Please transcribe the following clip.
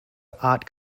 art